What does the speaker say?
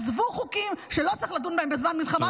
עזבו חוקים שלא צריך לדון בהם בזמן מלחמה,